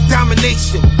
Domination